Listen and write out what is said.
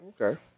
Okay